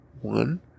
One